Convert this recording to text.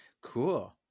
Cool